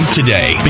today